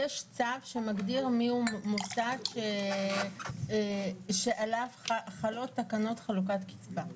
שמגדיר מי הוא מוסד שעליו חלות תקנות חלוקת קצבה.